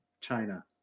China